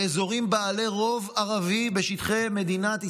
לאזורים בעלי רוב ערבי בשטחי מדינת ישראל",